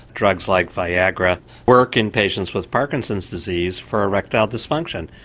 drugs like viagra work in patients with parkinson's disease for erectile dysfunction,